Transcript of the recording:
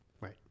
Right